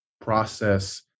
process